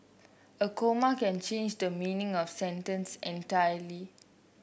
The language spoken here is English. a comma can change the meaning of sentence entirely